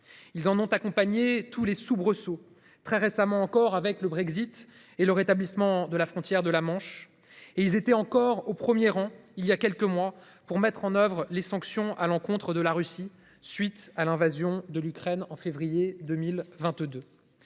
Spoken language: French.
Ils en ont accompagné tous les soubresauts très récemment encore avec le Brexit et le rétablissement de la frontière de la Manche et ils étaient encore au 1er rang il y a quelques mois pour mettre en oeuvre les sanctions à l'encontre de la Russie suite à l'invasion de l'Ukraine en février 2022.